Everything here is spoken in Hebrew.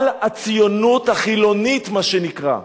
על הציונות החילונית, מה שנקרא,